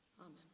Amen